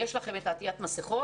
זה עוד גוף שיכול להתנגד להצעת החוק.